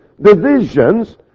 divisions